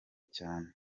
cyane